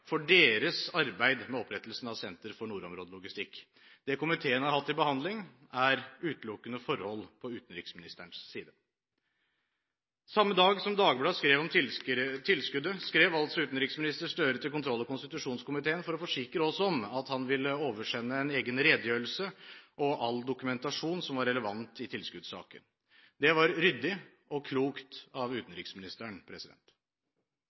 for deres arbeid med opprettelsen av Senter for nordområdelogistikk. Det komiteen har hatt til behandling, er utelukkende forhold på utenriksministerens side. Samme dag som Dagbladet skrev om tilskuddet, skrev utenriksminister Gahr Støre til kontroll- og konstitusjonskomiteen for å forsikre oss om at han ville oversende en egen redegjørelse og all dokumentasjon som var relevant i tilskuddssaken. Det var ryddig og klokt av